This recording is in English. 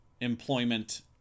employment